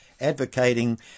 advocating